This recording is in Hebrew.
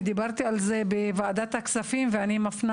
ודיברתי על זה בוועדת הכספים ואני מפנה